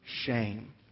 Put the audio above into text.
shame